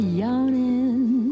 yawning